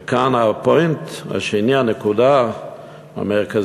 וכאן ה-point השני, הנקודה המרכזית,